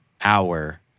hour